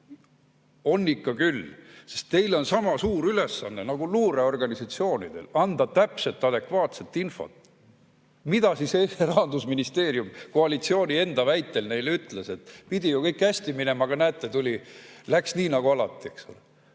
ikka küll, sest teil on sama suur ülesanne nagu luureorganisatsioonidel anda täpset, adekvaatset infot. Aga mida Rahandusministeerium koalitsiooni enda väitel neile ütles: pidi ju kõik hästi minema, aga näete, läks nii nagu alati, eks ole.